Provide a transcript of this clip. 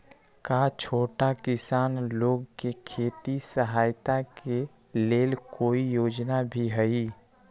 का छोटा किसान लोग के खेती सहायता के लेंल कोई योजना भी हई?